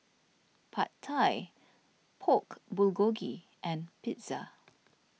Pad Thai Pork Bulgogi and Pizza